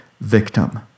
victim